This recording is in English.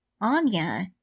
Anya